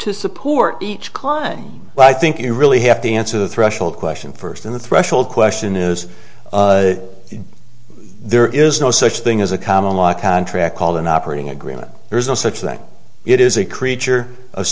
to support each klein but i think you really have to answer the threshold question first and the threshold question is there is no such thing as a common law contract called an operating agreement there is no such that it is a creature